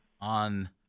on